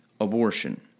abortion